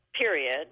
period